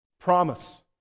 Promise